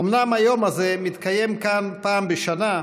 אומנם היום הזה מתקיים כאן פעם בשנה,